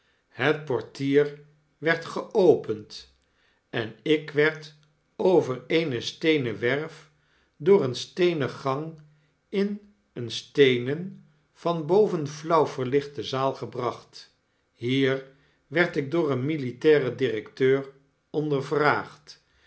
het portier werd geopend en ik werd over eene steenen werf door een steenen gang in eene steenen van boven flauw verlichte zaal gebracht hier werd ik door een militairen directeur